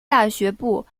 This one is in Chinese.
大学部